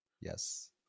Yes